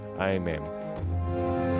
amen